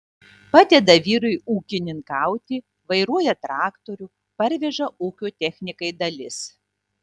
padeda vyrui ūkininkauti vairuoja traktorių parveža ūkio technikai dalis